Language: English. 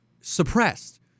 suppressed